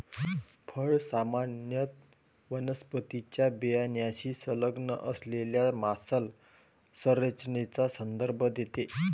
फळ सामान्यत वनस्पतीच्या बियाण्याशी संलग्न असलेल्या मांसल संरचनेचा संदर्भ देते